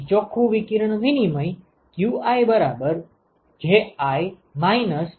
તેથી ચોખ્ખું વિકિરણ વિનિમય qiJi GiAi છે બરાબર